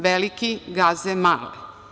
Veliki gaze male.